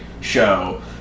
show